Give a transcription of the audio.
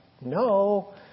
No